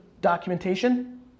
Documentation